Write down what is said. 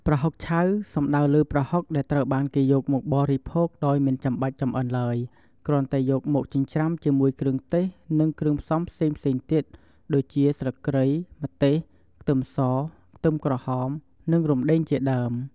ប្រហុកឆៅ សំដៅលើប្រហុកដែលត្រូវបានគេយកមកបរិភោគដោយមិនបាច់ចម្អិនឡើយ គ្រាន់តែយកមកចិញ្ច្រាំ ជាមួយគ្រឿងទេស និងគ្រឿងផ្សំផ្សេងៗទៀត ដូចជាស្លឹកគ្រៃ ម្ទេស ខ្ទឹមស ខ្ទឹមក្រហម និងរំដេងជាដើម។